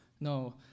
No